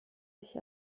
sich